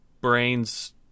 brains